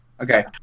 Okay